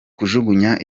kujugunya